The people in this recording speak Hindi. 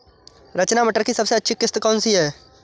रचना मटर की सबसे अच्छी किश्त कौन सी है?